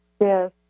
Yes